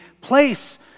place